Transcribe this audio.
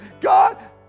god